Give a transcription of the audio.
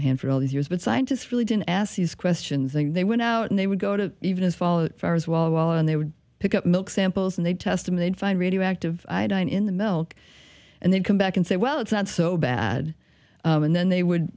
it and for all these years but scientists really didn't ask these questions then they went out and they would go to even follow it far as well and they would pick up milk samples and they'd test them they'd find radioactive iodine in the milk and they'd come back and say well it's not so bad and then they would